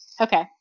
Okay